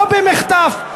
לא במחטף,